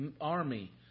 army